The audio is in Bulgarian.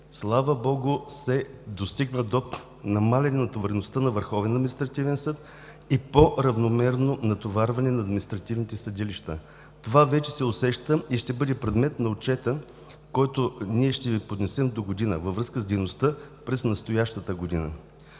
слава богу, се достигна до намаляване натовареността на Върховния административен съд и по-равномерно натоварване на административните съдилища. Това вече се усеща и ще бъде предмет на отчета, който ние ще Ви поднесем догодина във връзка с дейността през настоящата година.